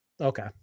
Okay